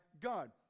god